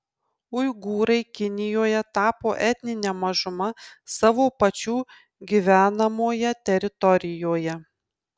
uigūrai kinijoje tapo etnine mažuma savo pačių gyvenamoje teritorijoje